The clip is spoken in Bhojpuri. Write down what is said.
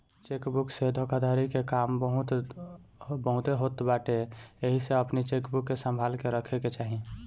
चेक बुक से धोखाधड़ी के काम बहुते होत बाटे एही से अपनी चेकबुक के संभाल के रखे के चाही